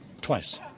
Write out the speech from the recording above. twice